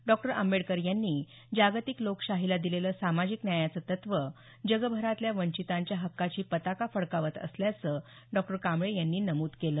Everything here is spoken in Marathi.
डॉ आंबेडकर यांनी जागतिक लोकशाहीला दिलेलं सामाजिक न्यायाचं तत्व जगभरातल्या वंचितांच्या हकाची पताका फडकावत असल्याचं डॉ कांबळे यांनी नमूद केलं